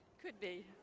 could be,